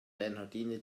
bernhardiner